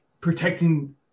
protecting